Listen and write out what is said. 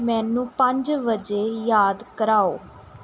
ਮੈਨੂੰ ਪੰਜ ਵਜੇ ਯਾਦ ਕਰਾਓ